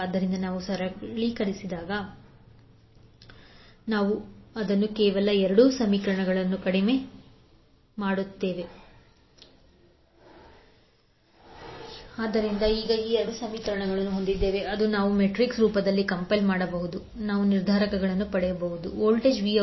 ಆದ್ದರಿಂದ ನಾವು ಸರಳೀಕರಿಸಿದಾಗ ನಾವು ಅದನ್ನು ಕೇವಲ 2 ಸಮೀಕರಣಗಳಿಗೆ ಕಡಿಮೆ ಮಾಡುತ್ತೇವೆ 8 j2I1 8I310j6 8I114jI3 24 j35 ಆದ್ದರಿಂದ ನಾವು ಈಗ ಈ 2 ಸಮೀಕರಣವನ್ನು ಹೊಂದಿದ್ದೇವೆ ಅದನ್ನು ನಾವು ಮ್ಯಾಟ್ರಿಕ್ಸ್ ರೂಪದಲ್ಲಿ ಕಂಪೈಲ್ ಮಾಡಬಹುದು 10j6 24 j35 8 j2 8 8 14j I1 I2 ನಾವು ನಿರ್ಧಾರಕಗಳನ್ನು ಪಡೆಯುತ್ತೇವೆ ∆8 j2 8 8 14j 50 j20 ∆110j6 8 24 j35 14j 58 j186 ಆದ್ದರಿಂದ I1∆1∆ 58 j18650 j203